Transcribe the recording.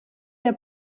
der